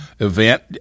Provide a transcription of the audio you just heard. event